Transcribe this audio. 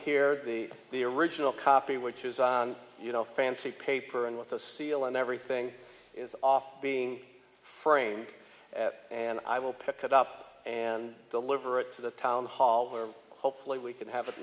here be the original copy which is on you know fancy paper and with a seal and everything is off being framed and i will pick it up and deliver it to the town hall where hopefully we can have it